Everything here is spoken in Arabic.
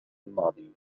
الماضي